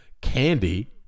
candy